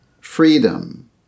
freedom